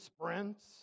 sprints